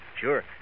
sure